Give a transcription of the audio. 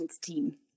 team